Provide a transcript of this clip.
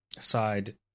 side